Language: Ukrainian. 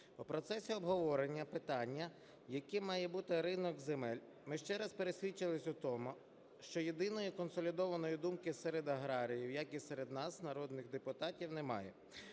У процесі обговорення питання, яким має бути ринок земель, ми ще раз пересвідчилися у тому, що єдиної і консолідованої думки серед аграріїв, як і серед нас, народних депутатів, немає.